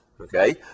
okay